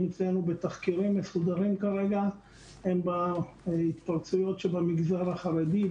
אצלנו בתחקירים מסודרים כרגע הם בהתפרצויות שבמגזר החרדי,